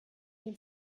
dem